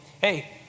hey